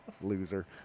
Loser